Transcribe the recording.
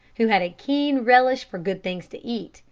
who had a keen relish for good things to eat,